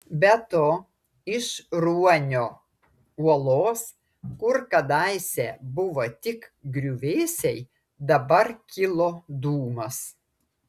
be to iš ruonio uolos kur kadaise buvo tik griuvėsiai dabar kilo dūmas